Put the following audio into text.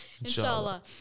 Inshallah